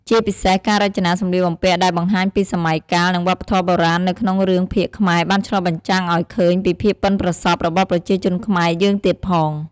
ជាពិសេសការរចនាសម្លៀកបំពាក់ដែលបង្ហាញពីសម័យកាល និងវប្បធម៌បុរាណនៅក្នុងរឿងភាគខ្មែរបានឆ្លុះបញ្ចាំងអោយឃើញពីភាពបុិនប្រសប់របស់ប្រជាជនខ្មែរយើងទៀតផង ។